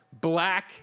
Black